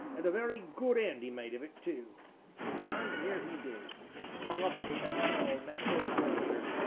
and a very good end he made of it too and here he be hung up in chains all nat'ral and reg'lar,